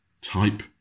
type